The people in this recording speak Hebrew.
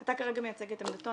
אתה כרגע מייצג את עמדתו,